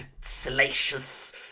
salacious